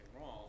wrong